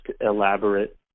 elaborate